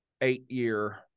eight-year